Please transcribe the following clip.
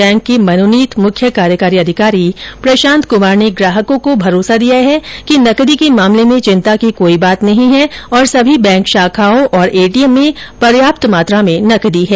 bank के मनोनीत मुख्य कार्यकारी अधिकारी प्रशांत कुमार ने ग्राहकों को भरोसा दिया है कि नकदी के मामले में चिंता की कोई बात नहीं है और सभी बैंक शाखाओं और एटीएम में पर्याप्त मात्रा में नकदी है